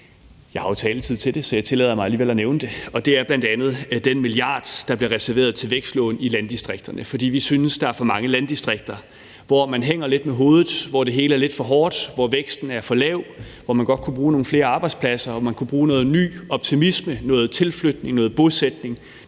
jeg har jo taletid til det, så jeg tillader mig alligevel at nævne det, og det er bl.a. den milliard kroner, der blev reserveret til vækstlån i landdistrikterne. For vi synes, der er for mange landdistrikter, hvor man hænger lidt med hovedet, hvor det hele er lidt for hårdt, hvor væksten er for lav, hvor man godt kunne bruge nogle flere arbejdspladser og bruge noget ny optimisme, noget tilflytning, noget bosætning,